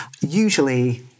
usually